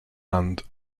and